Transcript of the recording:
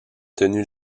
tenue